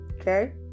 Okay